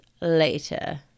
Later